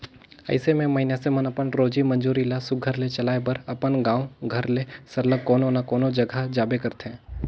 अइसे में मइनसे मन अपन रोजी मंजूरी ल सुग्घर ले चलाए बर अपन गाँव घर ले सरलग कोनो न कोनो जगहा जाबे करथे